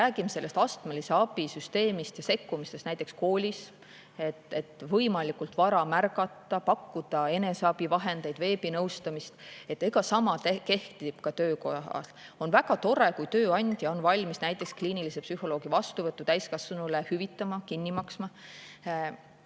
räägime astmelise abi süsteemist ja sekkumisest näiteks koolis, et võimalikult vara märgata, pakkuda eneseabivahendeid, veebinõustumist, sama kehtib ka töökohas. On väga tore, kui tööandja on valmis näiteks kliinilise psühholoogi vastuvõttu täiskasvanule hüvitama, kinni maksma,